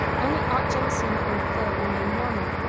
only aunt jamesina and phil remained normal.